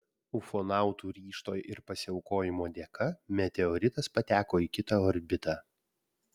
ufonautų ryžto ir pasiaukojimo dėka meteoritas pateko į kitą orbitą